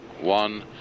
one